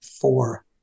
four